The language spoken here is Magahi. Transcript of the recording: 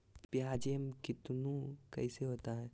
प्याज एम कितनु कैसा होता है?